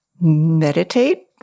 meditate